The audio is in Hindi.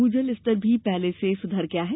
भूजल स्तर भी पहले से सुधर गया है